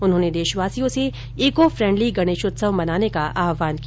उन्होंने देशवासियों से इको फ्रैण्डली गणेशोत्सव मनाने का आहवान किया